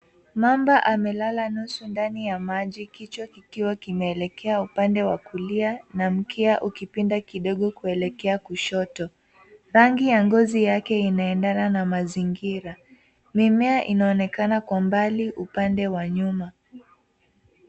Mamba amelala nusu ndani ya maji kichwa kikiwa kimeelekea upande wa kulia na mkia ukipinda kidogo kuelekea kushoto, rangi ya ngozi yake inaendana na mazingira mimea inaonekana kwa mbali upande wa nyuma.